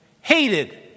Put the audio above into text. hated